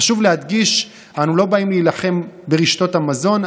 חשוב להדגיש: אנו לא באים להילחם ברשתות המזון,